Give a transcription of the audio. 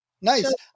nice